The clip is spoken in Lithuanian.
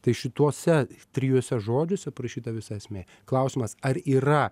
tai šituose trijuose žodžiuose parašyta visa esmė klausimas ar yra